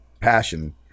passion